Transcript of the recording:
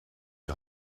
die